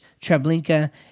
Treblinka